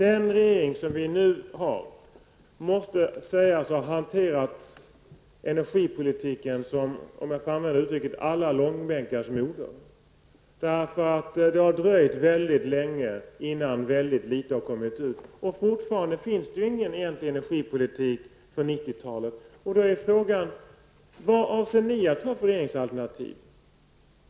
Den regering som vi nu har måste sägas ha hanterat energipolitiken som ''alla långbänkars moder'' -- om jag får använda det uttrycket. Det har nämligen dröjt väldigt länge innan väldigt litet har kommit ut. Fortfarande finns det egentligen ingen energipolitik för 90-talet. Frågan är då: Vad avser ni att ha för regeringsalternativ?